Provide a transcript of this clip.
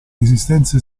esistenza